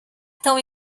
tão